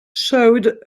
showed